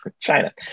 China